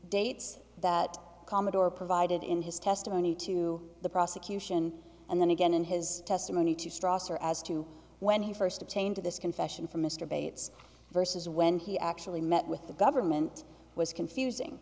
dates that commodore provided in his testimony to the prosecution and then again in his testimony to stross or as to when he first obtained this confession from mr bates versus when he actually met with the government was confusing